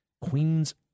Queens